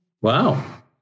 Wow